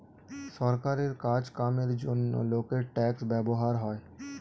সরকারের কাজ কামের জন্যে লোকের ট্যাক্স ব্যবহার হয়